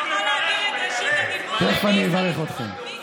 תכף אני אברך אתכם.